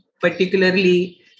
particularly